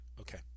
Okay